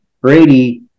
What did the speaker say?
Brady